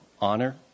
honor